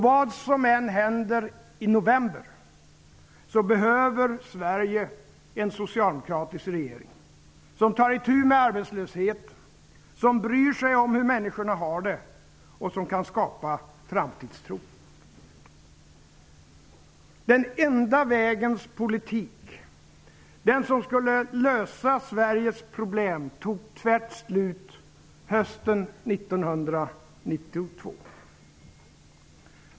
Vad som än händer i november behöver Sverige en socialdemokratisk regering som tar itu med arbetslösheten, som bryr sig om hur människor har det och som kan skapa framtidstro! Den ''enda'' vägens politik, den som skulle lösa Sveriges problem, tog tvärt slut hösten 1992.